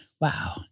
wow